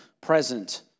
present